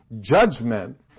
judgment